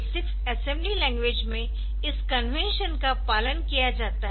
8086 assembly language में इस convention का पालन किया जाता है